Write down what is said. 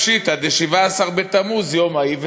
פשיטא די"ז בתמוז יומא היא,